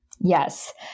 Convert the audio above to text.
Yes